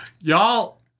Y'all